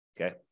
okay